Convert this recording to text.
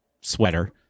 sweater